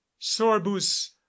Sorbus